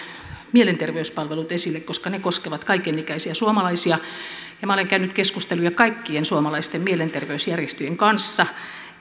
mielenterveyspalvelut esille koska ne koskevat kaikenikäisiä suomalaisia ja minä olen käynyt keskusteluja kaikkien suomalaisten mielenterveysjärjestöjen kanssa